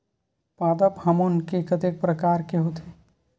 पादप हामोन के कतेक प्रकार के होथे?